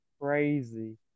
crazy